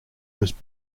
was